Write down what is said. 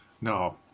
No